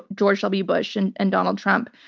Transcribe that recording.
george w. bush and and donald trump.